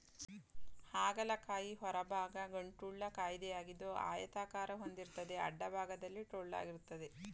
ಹಾಗಲ ಕಾಯಿ ಹೊರಭಾಗ ಗಂಟುಳ್ಳ ಕಾಯಿಯಾಗಿದ್ದು ಆಯತಾಕಾರ ಹೊಂದಿರ್ತದೆ ಅಡ್ಡಭಾಗದಲ್ಲಿ ಟೊಳ್ಳಾಗಿರ್ತದೆ